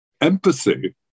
Empathy